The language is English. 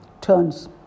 turns